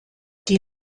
die